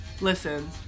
Listen